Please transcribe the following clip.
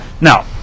Now